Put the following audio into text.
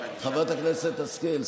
חברת הכנסת השכל,